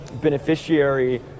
beneficiary